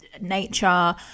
nature